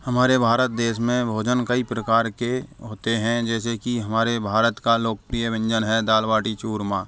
हमारे भारत देश में भोजन कई प्रकार के होते हैं जैसे कि हमारे भारत का लोकप्रिय व्यंजन है दाल बाटी चूरमा